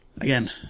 again